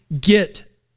get